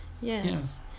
Yes